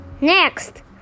Next